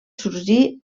sorgir